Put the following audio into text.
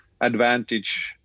advantage